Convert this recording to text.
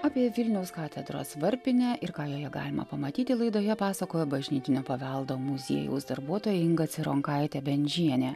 apie vilniaus katedros varpinę ir ką joje galima pamatyti laidoje pasakojo bažnytinio paveldo muziejaus darbuotoja inga cironkaitė bendžienė